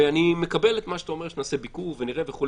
ואני מקבל את מה שאתה אומר: נעשה ביקור ונראה וכו'.